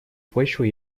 почвы